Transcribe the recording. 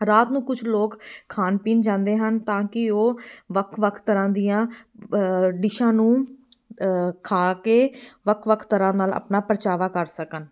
ਰਾਤ ਨੂੰ ਕੁਛ ਲੋਕ ਖਾਣ ਪੀਣ ਜਾਂਦੇ ਹਨ ਤਾਂ ਕਿ ਉਹ ਵੱਖ ਵੱਖ ਤਰ੍ਹਾਂ ਦੀਆਂ ਡਿਸ਼ਾਂ ਨੂੰ ਖਾ ਕੇ ਵੱਖ ਵੱਖ ਤਰ੍ਹਾਂ ਨਾਲ਼ ਆਪਣਾ ਪਰਚਾਵਾ ਕਰ ਸਕਣ